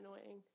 annoying